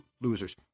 losers